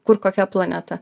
kur kokia planeta